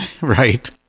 Right